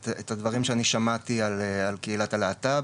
את הדברים שאני שמעתי על קהילת הלהט"ב,